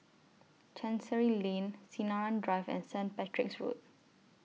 Chancery Lane Sinaran Drive and Saint Patrick's Road